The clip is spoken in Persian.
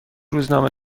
روزنامه